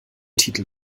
titel